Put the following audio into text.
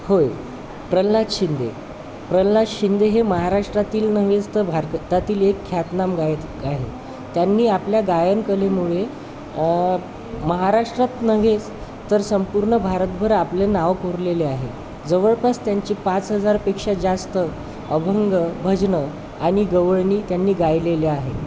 होय प्रल्हाद शिंदे प्रल्हाद शिंदे हे महाराष्ट्रातील नव्हेच तर भारतातील एक ख्यातनाम गायक आहे त्यांनी आपल्या गायनकलेमुळे महाराष्ट्रात नव्हेच तर संपूर्ण भारतभर आपले नाव कोरलेले आहे जवळपास त्यांची पाच हजारपेक्षा जास्त अभंग भजनं आणि गवळणी त्यांनी गायलेले आहे